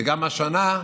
וגם השנה,